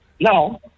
Now